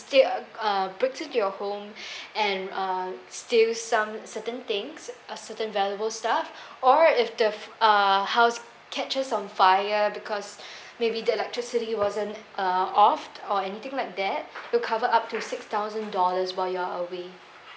ste~ uh breaks into your home and uh steals some certain things uh certain valuable stuff or if the f~ uh house catches on fire because maybe the electricity wasn't uh off or anything like that to cover up to six thousand dollars while you're away